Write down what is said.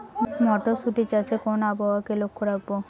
মটরশুটি চাষে কোন আবহাওয়াকে লক্ষ্য রাখবো?